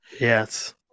yes